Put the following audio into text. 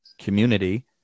community